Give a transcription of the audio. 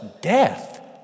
death